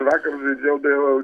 vakar žaidžiau dėl